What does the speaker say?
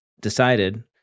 decided